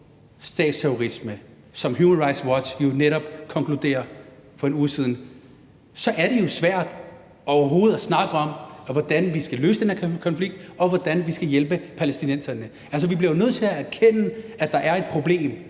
statsterrorisme, som Human Rights Watch jo netop for en uge siden konkluderede, er det jo svært overhovedet at snakke om, hvordan vi skal løse den her konflikt, og hvordan vi skal hjælpe palæstinenserne. Vi bliver jo nødt til at erkende, at der er et problem,